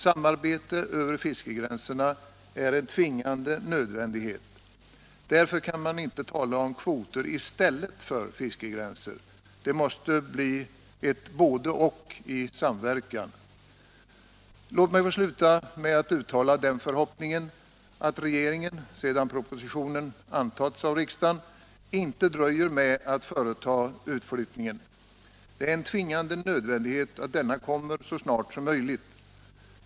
Samarbete över fiskegränserna är en tvingande nödvändighet. Därför kan man inte tala om kvoter i stället för fiskegränser. Det måste bli ett bådeoch i samverkan. Låt mig få sluta med att uttala den förhoppningen att regeringen sedan propositionen antagits av riksdagen inte dröjer med att företa utflyttningen. Det är en tvingande nödvändighet att denna kommer så snart som möjligt.